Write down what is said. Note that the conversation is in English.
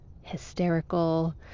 hysterical